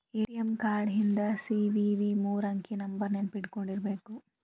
ATM card ಹಿಂದ್ CVV ಮೂರಂಕಿ ನಂಬರ್ನ ನೆನ್ಪಿಟ್ಕೊಂಡಿರ್ಬೇಕು